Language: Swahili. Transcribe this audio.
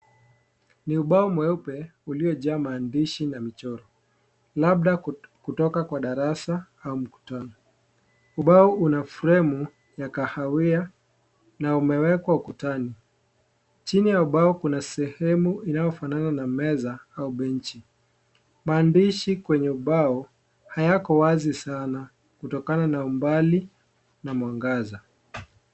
Ni ubao mweupe uliojaa maandishi na michoro, labda kutoka kwa darasa au mkutano. Ubao una fremu ya kahawia na umewekwa ukutani. Chini ya ubao kuna sehemu inayofanana na meza au benchi. Maandishi kwenye ubao hayako wazi sana, kutokana na umbali na mwangaza.